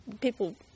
people